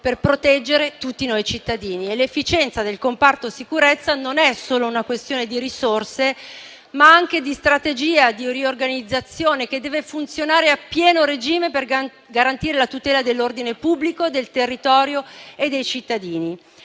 per proteggere tutti noi cittadini. L'efficienza del comparto sicurezza non è solo una questione di risorse, ma anche di strategia e di riorganizzazione che deve funzionare a pieno regime per gran garantire la tutela dell'ordine pubblico, del territorio e dei cittadini.